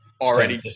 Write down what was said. already